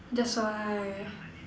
that's why